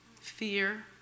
fear